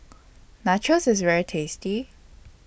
Nachos IS very tasty